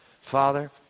Father